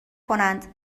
کنند